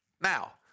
Now